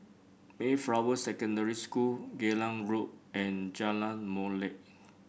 Mayflower Secondary School Geylang Road and Jalan Molek